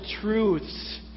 truths